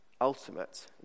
ultimate